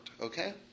Okay